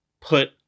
put